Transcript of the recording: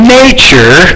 nature